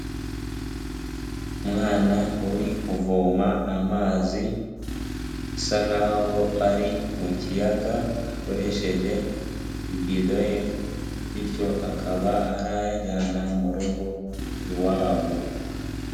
Umwana uri kuvoma amazi asa nkaho ari mu kiyaga akoresheje ibido ye bityo akaba arayajyana mu rugo iwabo.